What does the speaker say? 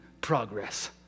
progress